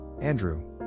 Andrew